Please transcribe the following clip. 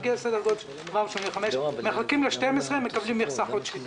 זה מגיע לסדר גודל של 485. מחלקים ל-12 ומקבלים מכסה חודשית.